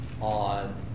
on